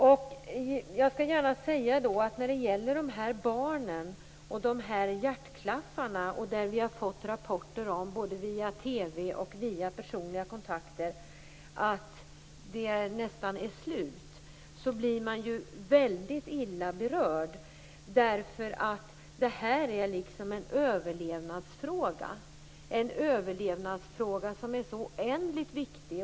Vi har via TV och genom personliga kontakter fått rapporter om att hjärtklaffar för barn som behöver sådana nästan är slut. Jag blir väldigt illa berörd av detta, eftersom det är något av en överlevnadsfråga, en fråga som är oändligt viktig.